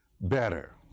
better